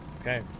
Okay